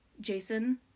Jason